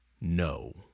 No